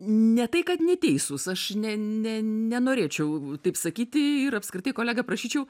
ne tai kad neteisūs aš ne ne nenorėčiau taip sakyti ir apskritai kolega prašyčiau